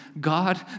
God